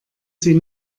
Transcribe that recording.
sie